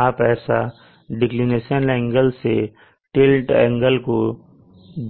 आप ऐसा declination angle से टिल्ट एंगल को